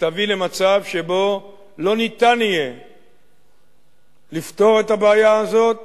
תביא למצב שבו לא ניתן יהיה לפתור את הבעיה הזאת